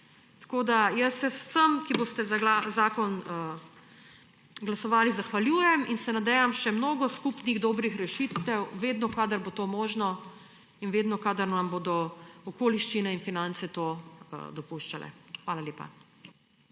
Jaz se vsem, ki boste za zakon glasovali, zahvaljujem in se nadejam še mnogo skupnih dobrih rešitev, vedno, kadar bo to možno, ter vedno, kadar nam bodo okoliščine in finance to dopuščale. Hvala lepa.